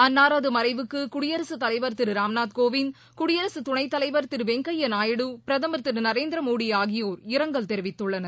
அன்னாரது மறைவுக்கு குடியரசுத் தலைவர் திரு ராம்நாத் கோவிந்த் குடியரசுத் துணைத் தலைவர் திரு வெங்கய்யா நாயுடு பிரதமர் திரு நரேந்திர மோடி ஆகியோர் இரங்கல் தெரிவித்துள்ளனர்